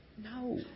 No